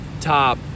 top